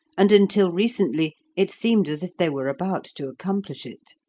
and until recently it seemed as if they were about to accomplish it.